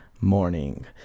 morning